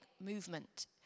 movement